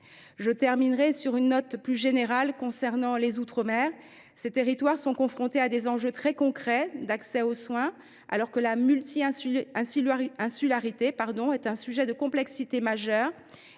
Je terminerai sur une note plus générale concernant les outre mer. Ces territoires sont confrontés à des enjeux très concrets d’accès aux soins, alors que la multi insularité est un sujet de complexité majeur.